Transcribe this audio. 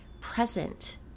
present